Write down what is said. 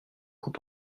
coup